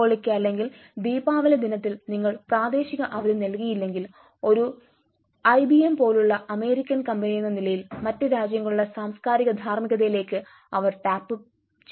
ഹോളിക്ക് അല്ലെങ്കിൽ ദീപാവലി ദിനത്തിൽ നിങ്ങൾ പ്രാദേശിക അവധി നൽകിയില്ലെങ്കിൽ ഒരു ഐബിഎം പോലുള്ള അമേരിക്കൻ കമ്പനിയെന്ന നിലയിൽ മറ്റ് രാജ്യങ്ങളുടെ സാംസ്കാരിക ധാർമ്മികതയിലേക്ക് അവർ ടാപ്പുചെയ്യുന്നു